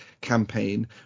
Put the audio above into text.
campaign